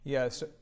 Yes